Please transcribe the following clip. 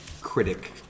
critic